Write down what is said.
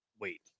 wait